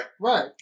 Right